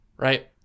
right